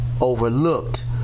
overlooked